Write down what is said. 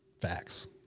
facts